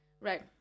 Right